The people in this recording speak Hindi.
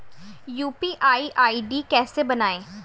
यू.पी.आई आई.डी कैसे बनाएं?